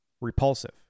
repulsive